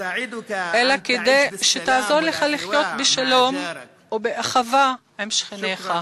אלא כדי שתעזור לך לחיות בשלום ובאחווה עם שכניך.